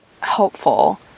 helpful